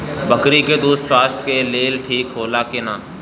बकरी के दूध स्वास्थ्य के लेल ठीक होला कि ना?